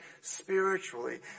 spiritually